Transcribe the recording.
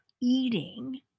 eating